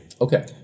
Okay